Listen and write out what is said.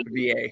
va